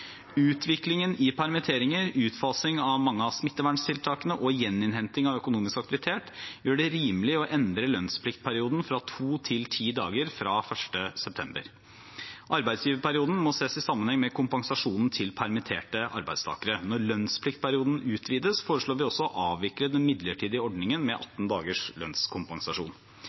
Utviklingen i permitteringer, utfasing av mange av smitteverntiltakene og gjeninnhenting av økonomisk aktivitet gjør det rimelig å endre lønnspliktperioden fra to til ti dager fra 1. september. Arbeidsgiverperioden må ses i sammenheng med kompensasjonen til permitterte arbeidstakere. Når lønnspliktperioden utvides, foreslår vi også å avvikle den midlertidige ordningen med 18 dagers lønnskompensasjon.